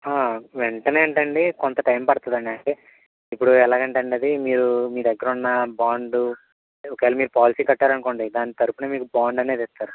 వెంటనే అంటే అండి కొంత టైం పడుతుంది ఏంటంటే ఇప్పుడు ఎలాగంటే అండి మీ మీ దగ్గర ఉన్న బాండు ఒకవేళ మీరు పాలసీ కట్టారు అనుకోండి దాని తరుపున మీకు బాండ్ అనేది ఇస్తారు